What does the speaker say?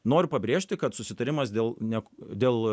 noriu pabrėžti kad susitarimas dėl ne dėl